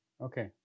okay